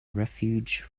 refuge